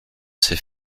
sais